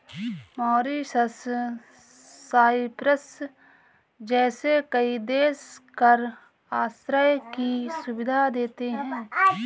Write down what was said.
Mauritius, Cyprus जैसे कई देश कर आश्रय की सुविधा देते हैं